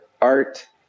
art